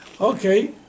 Okay